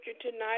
tonight